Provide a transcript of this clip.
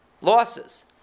Losses